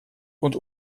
und